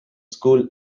school